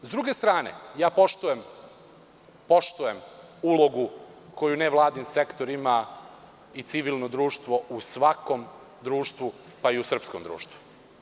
S druge strane, ja poštujem ulogu koju nevladin sektor ima i civilno društvo u svakom društvu, pa i u srpskom društvu.